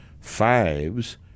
fives